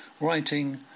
writing